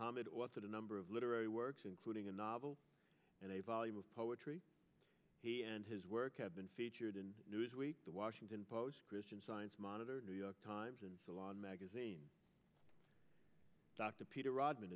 what's the number of literary works including a novel and a volume of poetry he and his work have been featured in newsweek the washington post christian science monitor new york times and salon magazine dr peter rodman